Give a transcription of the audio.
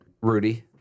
Rudy